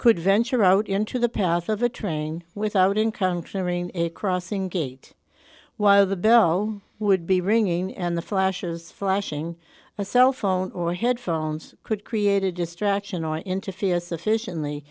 could venture out into the path of a train without in conquering a crossing gate while the bell would be ringing and the flashes flashing a cellphone or headphones could create a distraction or interfere sufficiently